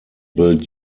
built